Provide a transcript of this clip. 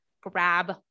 grab